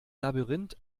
labyrinth